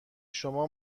شما